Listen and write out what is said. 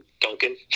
Duncan